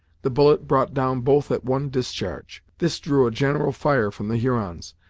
the bullet brought down both at one discharge. this drew a general fire from the hurons,